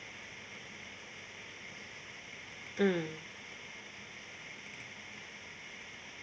mm